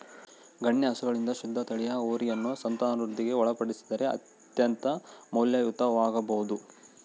ಗಣ್ಯ ಹಸುಗಳಿಂದ ಶುದ್ಧ ತಳಿಯ ಹೋರಿಯನ್ನು ಸಂತಾನವೃದ್ಧಿಗೆ ಒಳಪಡಿಸಿದರೆ ಅತ್ಯಂತ ಮೌಲ್ಯಯುತವಾಗಬೊದು